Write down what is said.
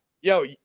Yo